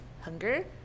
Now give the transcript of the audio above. hunger